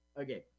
Okay